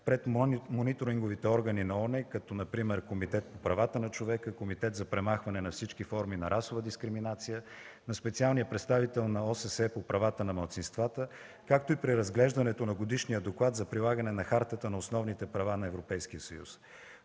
пред мониторинговите органи на ООН, като например Комитет по правата на човека, Комитет за премахване на всички форми на расова дискриминация, на специалния представител на ОССЕ по правата на малцинствата, както и преразглеждането на Годишния доклад за прилагане на Хартата на основните права на Европейския съюз.